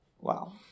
Wow